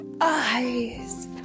eyes